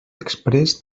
exprés